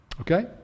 okay